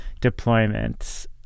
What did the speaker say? deployments